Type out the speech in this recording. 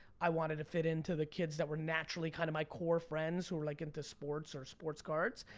i wanted to fit in to the kids that were naturally kind of my core friends who were like into sports or sports cards.